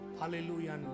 Hallelujah